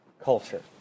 culture